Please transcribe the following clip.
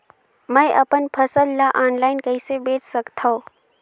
मैं अपन फसल ल ऑनलाइन कइसे बेच सकथव?